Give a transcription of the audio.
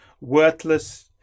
worthless